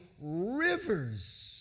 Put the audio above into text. rivers